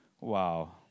wow